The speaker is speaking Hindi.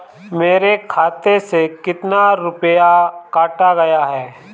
मेरे खाते से कितना रुपया काटा गया है?